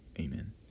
Amen